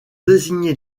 désigner